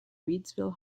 reidsville